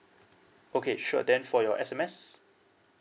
okay sure then for your S_M_S